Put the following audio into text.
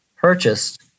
purchased